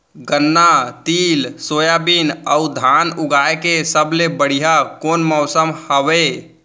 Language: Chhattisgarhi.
गन्ना, तिल, सोयाबीन अऊ धान उगाए के सबले बढ़िया कोन मौसम हवये?